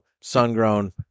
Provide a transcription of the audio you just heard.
sun-grown